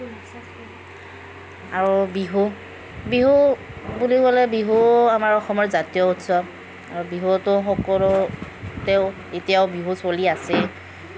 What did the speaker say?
আৰু বিহু বিহু বুলি ক'লে বিহু আমাৰ অসমৰ জাতীয় উৎসৱ আৰু বিহুটো সকলোতে এতিয়াও বিহু চলি আছেই